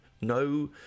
no